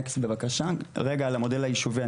אני רוצה להרחיב על המודל היישובי,